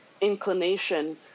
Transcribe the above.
inclination